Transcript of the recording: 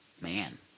man